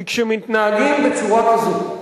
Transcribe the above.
כי כשמתנהגים בצורה כזאת,